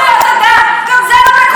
גם זה לא מקובל בעולם,